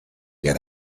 get